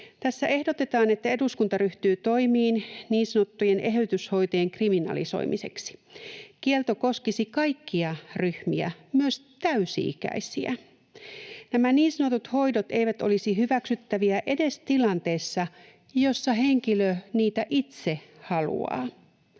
Tässä ehdotetaan, että eduskunta ryhtyy toimiin niin sanottujen eheytyshoitojen kriminalisoimiseksi. Kielto koskisi kaikkia ryhmiä, myös täysi-ikäisiä. Nämä niin sanotut hoidot eivät olisi hyväksyttäviä edes tilanteessa, jossa henkilö niitä itse haluaa.